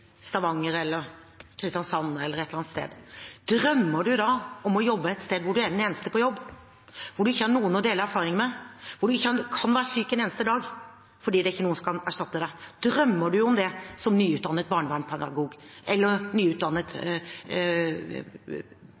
Stavanger, Kristiansand eller et annet sted, drømmer man da om å jobbe et sted hvor man er den eneste på jobb, hvor man ikke har noen å dele erfaringer med, hvor man ikke kan være syk en eneste dag, for det er ingen som kan erstatte deg? Drømmer man om det som nyutdannet barnevernspedagog, eller som nyutdannet